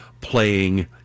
playing